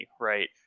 Right